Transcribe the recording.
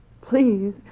Please